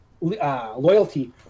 loyalty